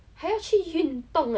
be different